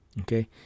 okay